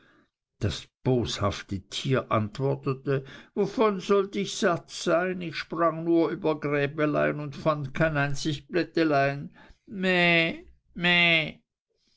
das boshafte tier antwortete wovon sollt ich satt sein ich sprang nur über gräbelein und fand kein einzig blättelein meh meh